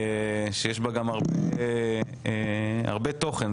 שיש בה גם הרבה תוכן.